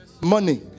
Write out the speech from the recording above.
money